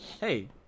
Hey